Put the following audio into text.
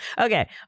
Okay